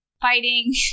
fighting